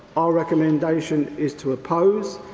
our recommendation is to oppose.